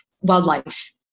wildlife